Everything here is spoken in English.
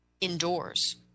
indoors